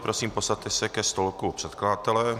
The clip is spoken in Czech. Prosím, posaďte se ke stolku předkladatele.